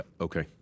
Okay